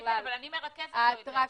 בכלל --- אבל אני מרכזת לו את זה עכשיו.